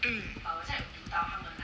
hmm